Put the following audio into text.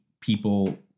people